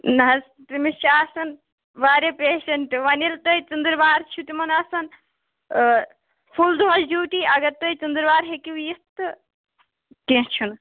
نہ حَظ تٔمِس چھِ آسان واریاہ پیشیٚنٹہٕ وۅنۍ ییٚلہِ تۅہہِ ژٔنٛدٕ وار چھِ تِمن آسان آ فُل دۄہَس ڈِیوٗٹی اگر تُہۍ ژٔنٛدٕر وار ہیٚکِو یِتھ تہٕ کیٚنٛہہ چھُنہٕ